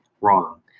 wrong